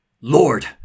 Lord